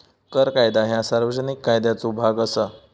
कर कायदा ह्या सार्वजनिक कायद्याचो भाग असा